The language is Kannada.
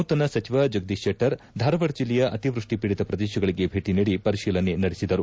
ನೂತನ ಸಚಿವ ಜಗದೀಶ್ ಶೆಟ್ಟರ್ ಧಾರವಾಡ ಜಿಲ್ಲೆಯ ಅತಿವೃಷ್ಟಿ ಪೀಡಿತ ಪ್ರದೇಶಗಳಿಗೆ ಭೇಟಿ ನೀಡಿ ಪರಿತೀಲನೆ ನಡೆಸಿದರು